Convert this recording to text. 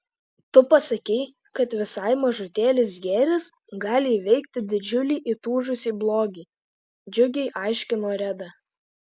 tu pasakei kad visai mažutėlis gėris gali įveikti didžiulį įtūžusį blogį džiugiai aiškino reda